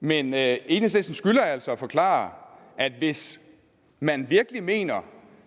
Men Enhedslisten skylder altså at forklare noget. Hvis man virkelig mener,